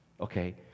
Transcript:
okay